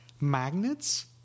magnets